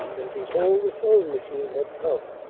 and behold the sewing-machine had come!